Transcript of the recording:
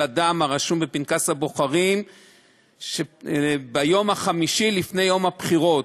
אדם הרשום בפנקס הבוחרים ביום החמישי לפני יום הבחירות,